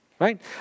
Right